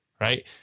Right